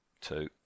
Two